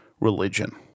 religion